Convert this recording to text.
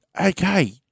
okay